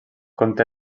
conté